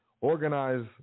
Organize